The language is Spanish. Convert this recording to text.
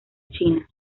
china